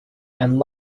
and